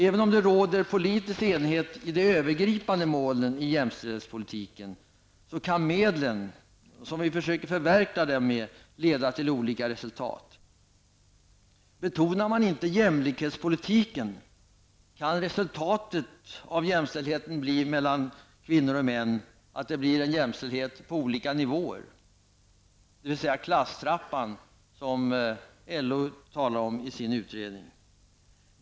Även om det råder politisk enighet om de övergripande målen inom jämställdhetspolitiken, kan medlen för förverkligande leda till olika resultat. Betonar man inte jämlikhetspolitiken kan resultatet av jämställdheten mellan kvinnor och män bli en jämställdhet på olika nivåer. Det blir fråga om klasstrappan, som LO talar om i sin utredning.